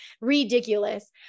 ridiculous